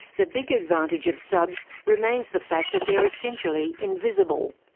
the big advantage of subs remains the fact that they are essentially invisible.